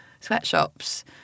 sweatshops